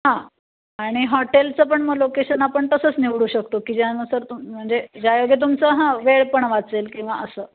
हां आणि हॉटेलचं पण मग लोकेशन आपण तसंच निवडू शकतो की ज्यानुसार तुम म्हणजे ज्यायोगे तुमचं हां वेळ पण वाचेल किंवा असं